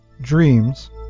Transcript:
dreams